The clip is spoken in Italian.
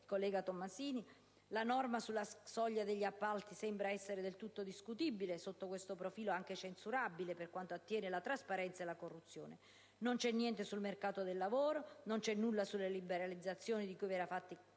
collega Tomaselli. La norma sulla soglia degli appalti sembra essere del tutto discutibile sotto questo profilo, oltre che censurabile per quanto attiene alla trasparenza e alla corruzione. Non c'è niente sul mercato del lavoro e non c'è nulla sulle liberalizzazioni, di cui vi eravate